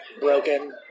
broken